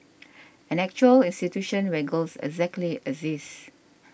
an actual institution where girls actually exist